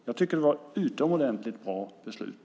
Jag tycker att det var ett utomordentligt bra beslut.